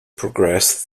progress